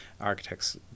architects